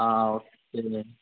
ആ ഓക്കേ ഓ